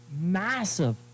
massive